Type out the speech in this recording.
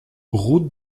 route